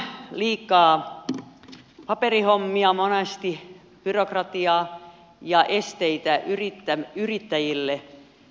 suomessa on liikaa paperihommia monesti byrokratiaa ja esteitä yrittäjille